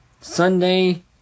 Sunday